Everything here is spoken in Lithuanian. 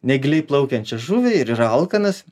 negiliai plaukiančią žuvį ir yra alkanas